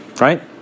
right